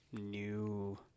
new